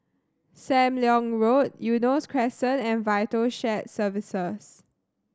Sam Leong Road Eunos Crescent and Vital Shared Services